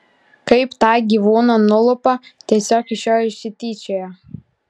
kaip tą gyvūną nulupa tiesiog iš jo išsityčioja